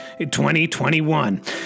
2021